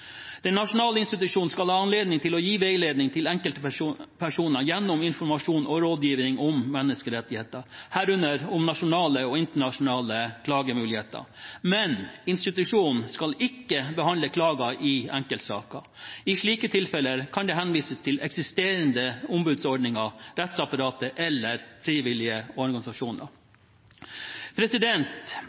Den nasjonale institusjonen skal ha anledning til å gi veiledning til enkeltpersoner gjennom informasjon og rådgivning om menneskerettigheter, herunder om nasjonale og internasjonale klagemuligheter, men institusjonen skal ikke behandle klager i enkeltsaker. I slike tilfeller kan det henvises til eksisterende ombudsordninger, rettsapparatet eller frivillige organisasjoner.